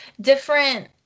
different